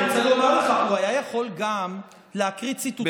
אני רוצה לומר לך שהוא היה יכול גם להקריא ציטוטים,